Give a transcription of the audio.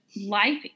life